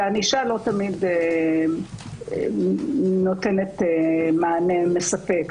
וענישה לא תמיד נותנת מענה מספק,